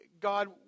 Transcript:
God